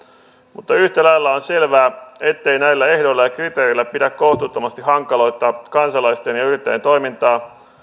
mutta yhtä lailla on selvää ettei näillä ehdoilla ja kriteereillä pidä kohtuuttomasti hankaloittaa kansalaisten ja yrittäjien toimintaa